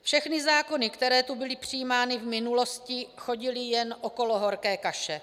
Všechny zákony, které tu byly přijímány v minulosti, chodily jen okolo horké kaše.